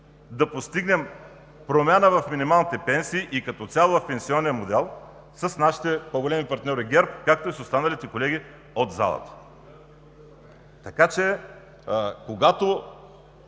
да постигнем промяна в минималните пенсии и като цяло в пенсионния модел с нашите по-големи партньори ГЕРБ, както и с останалите колеги от залата. Когато